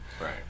Right